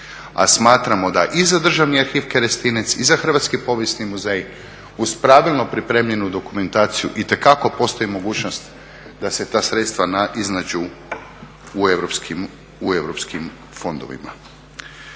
a smatramo da i za Državni arhiv Kerestinec i za Hrvatski povijesni muzej uz pravilno pripremljenu dokumentaciju itekako postoji mogućnost da se ta sredstva iznađu u europskim fondovima.